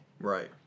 Right